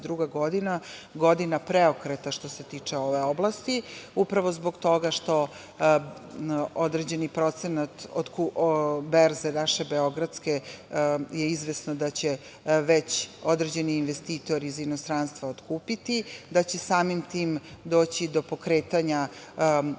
godina preokreta što se tiče ove oblasti, upravo zbog toga što određeni procenat od berze naše beogradske je izvesno da će već određeni investitori iz inostranstva otkupiti, da će samim tim doći do pokretanja i